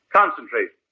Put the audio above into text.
concentrate